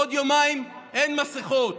בעוד יומיים אין מסכות.